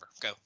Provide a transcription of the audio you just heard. Go